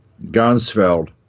Gansfeld